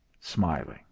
smiling